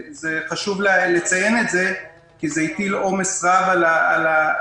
חשוב לציין את זה כי זה הטיל עומס רב על הפעילות.